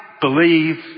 believe